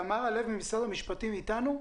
תמרה לב ממשרד המשפטים אתנו?